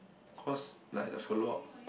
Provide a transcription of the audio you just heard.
cause like the follow up